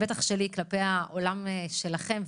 בטח שלי כלפי העולם שלכם,